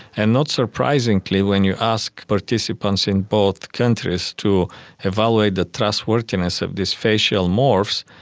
and not surprisingly when you ask participants in both countries to evaluate the trustworthiness of these facial morphs,